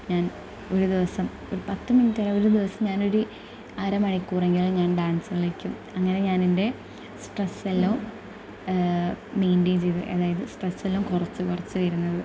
ഞാൻ ഒരുദിവസം ഒരു പത്തു മിനിറ്റ് അല്ല ഒരുദിവസം ഞാനൊരു അരമണിക്കൂർ എങ്കിലും ഞാൻ ഡാൻസ് കളിക്കും അങ്ങനെ ഞാനെന്റെ സ്ട്രെസ് എല്ലാം മെയിന്റെയിൻ ചെയ്യ്ത് അതായത് സ്ട്രെസ് എല്ലാം കുറച്ച് കുറച്ച് വരുന്നത്